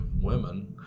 women